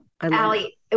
Allie